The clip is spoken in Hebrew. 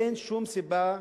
אין שום סיבה,